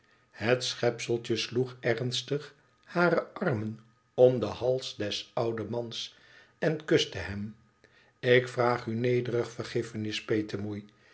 het schepseltje sloeg ernstig hare armen om den hals des ouden mans en kuste hem ik vraag u nederig vergiffenis